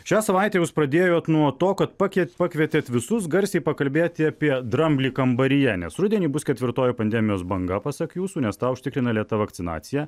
šią savaitę jūs pradėjot nuo to kad pakiet pakvietėt visus garsiai pakalbėti apie dramblį kambaryje nes rudenį bus ketvirtoji pandemijos banga pasak jūsų nes tą užtikrina lėta vakcinacija